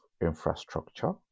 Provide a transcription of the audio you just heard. infrastructure